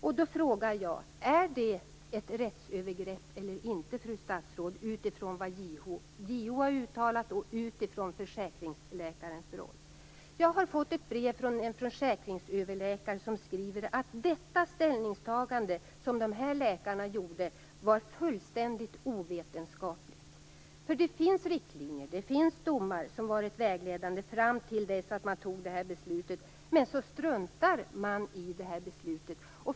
Då frågar jag: Är det ett rättsövergrepp eller inte, fru statsråd, utifrån vad JO har uttalat och utifrån försäkringsläkarens roll? Jag har fått ett brev från en försäkringsöverläkare som skriver att det ställningstagande som dessa läkare gjorde var fullständigt ovetenskapligt. Det finns nämligen riktlinjer och domar som varit vägledande fram till dess att man fattade detta beslut. Men sedan struntar man i detta beslut.